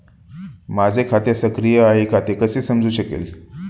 माझे खाते सक्रिय आहे का ते कसे समजू शकेल?